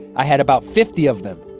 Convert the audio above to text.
i had about fifty of them.